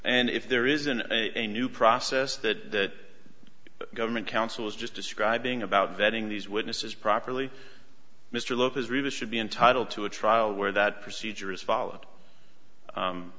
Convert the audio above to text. and if there isn't a new process that the government counsel is just describing about vetting these witnesses properly mr look is really should be entitled to a trial where that procedure is follow